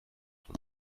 von